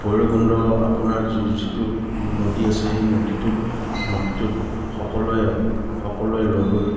ভৈৰৱকুণ্ড আপোনাৰ যি যিটো নদী আছে সেই নদীটোত নদীটোত সকলোৱে সকলোৱে লগ হৈ